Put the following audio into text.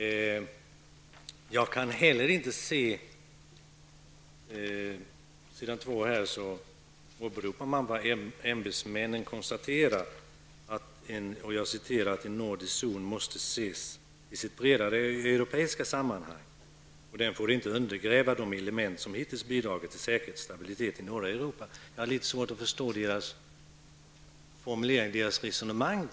Så har jag heller inte uppfattat utrikesministern. I svaret sägs: ''Ämbetsmännen konstaterar att en nordisk zon måste ses i sitt bredare europeiska sammanhang. Den får inte undergräva de element som hittills bidragit till säkerhet och stabilitet i norra Europa.'' Jag har lite svårt att förstå deras resonemang.